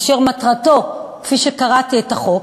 אשר מטרתו, כפי שקראתי בחוק,